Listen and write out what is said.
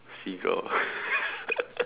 seagull